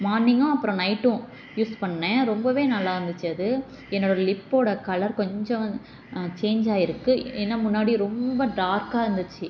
மார்னிங்கும் அப்புறம் நைட்டும் யூஸ் பண்ணேன் ரொம்பவே நல்லா இருந்துச்சு அது என்னோடய லிப்போடய கலர் கொஞ்சம் சேஞ்ச் ஆகிருக்கு ஏன்னால் முன்னாடி ரொம்ப டார்க்காக இருந்துச்சு